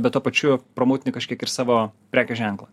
bet tuo pačiu pramutini kažkiek ir savo prekių ženklą